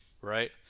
right